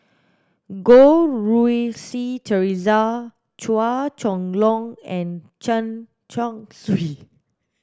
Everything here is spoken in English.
Goh Rui Si Theresa Chua Chong Long and Chen Chong Swee